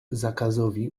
zakazowi